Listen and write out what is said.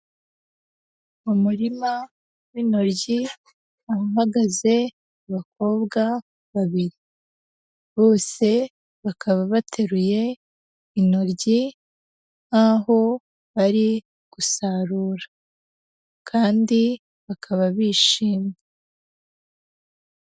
Mu murima w'intoryi hahagaze abakobwa babiri, bose bakaba bateruye intoryi nkaho bari gusarura kandi bakaba bishimye.